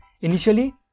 Initially